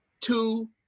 Two